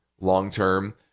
long-term